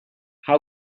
how